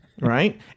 right